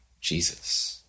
Jesus